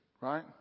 right